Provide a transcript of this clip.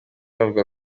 bavuga